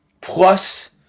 plus